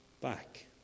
back